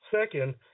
Second